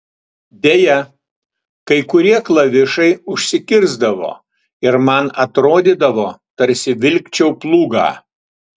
deja kai kurie klavišai užsikirsdavo ir man atrodydavo tarsi vilkčiau plūgą